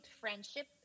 friendship